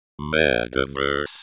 Metaverse